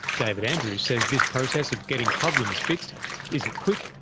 david andrews says this process of getting problems fixed isn't quick,